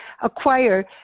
acquire